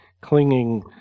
clinging